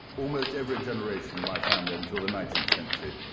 almost every generation in my family, until the nineteenth century,